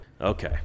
Okay